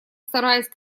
стараясь